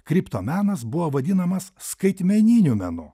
kripto menas buvo vadinamas skaitmeniniu menu